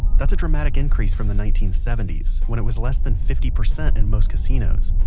that's a dramatic increase from the nineteen seventy s, when it was less than fifty percent in most casinos.